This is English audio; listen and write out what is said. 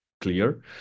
clear